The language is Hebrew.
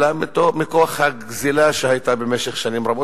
אלא מכוח הגזלה שהיתה במשך שנים רבות.